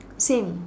same